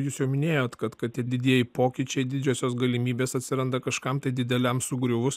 jūs jau minėjot kad kad tie didieji pokyčiai didžiosios galimybės atsiranda kažkam tai dideliam sugriuvus